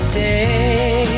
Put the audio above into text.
day